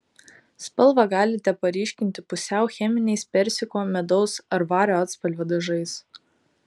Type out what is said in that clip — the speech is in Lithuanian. spalvą galite paryškinti pusiau cheminiais persiko medaus ar vario atspalvio dažais